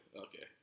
Okay